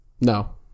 No